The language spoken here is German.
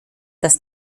dass